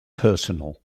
personal